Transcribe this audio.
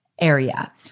area